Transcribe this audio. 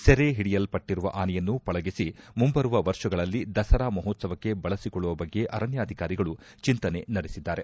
ಸೆರೆ ಹಿಡಯಲ್ಪಟ್ಟಿರುವ ಆನೆಯನ್ನು ಪಳಗಿಸಿ ಮುಂಬರುವ ವರ್ಷಗಳಲ್ಲಿ ದಸರಾ ಮಹೋತ್ಸವಕ್ಕೆ ಬಳಸಿಕೊಳ್ಳುವ ಬಗ್ಗೆ ಅರಣ್ಶಾಧಿಕಾರಿಗಳು ಚಿಂತನೆ ನಡೆಸಿದ್ದಾರೆ